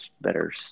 better